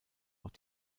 auch